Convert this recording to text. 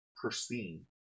pristine